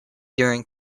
during